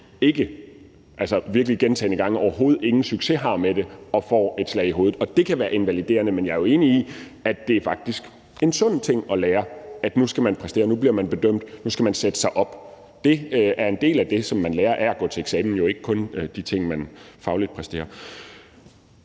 udvikler, fordi de gentagne gange overhovedet ingen succes har med det og får et slag i hovedet. Og det kan være invaliderende. Men jeg er jo enig i, at det faktisk er en sund ting at lære, altså at nu skal man præstere, nu bliver man bedømt, nu skal man sætte sig op til det. Det er en del af det, som man lærer af at gå til eksamen – og jo ikke kun de ting, man fagligt præsterer.